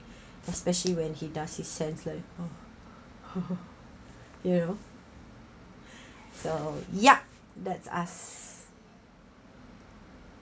especially when he does his sentence oh you know so yup that's us